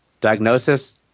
Diagnosis